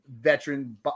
veteran